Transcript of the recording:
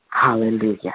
Hallelujah